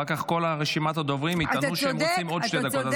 אחר כך כל רשימת הדוברים יטענו שהם רוצים עוד שתי דקות.